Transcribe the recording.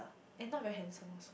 and not very handsome